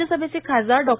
राज्यसभेचे खासदार डॉ